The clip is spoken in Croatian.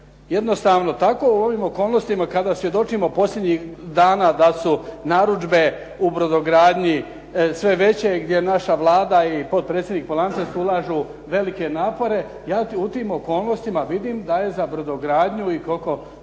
Jednostavno tako, u ovim okolnostima kada svjedočimo posljednjih dana da su narudžbe u brodogradnji sve veće, gdje naša Vlada i potpredsjednik Polančec ulažu velike napore, ja u tim okolnostima vidim da je za brodogradnju i koliko